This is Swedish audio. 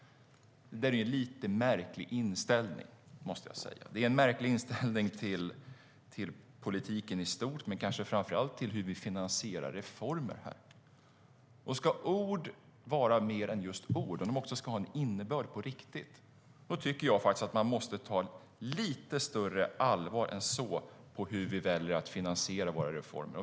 Det är en lite märklig inställning, måste jag säga. Det är en märklig inställning till politiken i stort men kanske framför allt till hur vi finansierar reformer. Ska ord vara mer än just ord - om de också ska ha en innebörd på riktigt - tycker jag att man måste ha lite större allvar än så i hur man väljer att finansiera reformer.